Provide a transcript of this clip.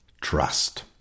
trust